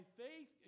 faith